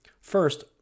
First